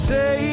Say